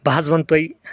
بہٕ حظ وَنہٕ تۄہہ